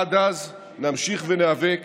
עד אז נמשיך וניאבק